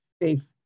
faith